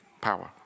power